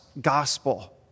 gospel